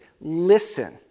Listen